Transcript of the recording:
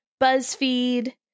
BuzzFeed